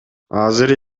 азыр